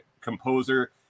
composer